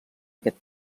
aquest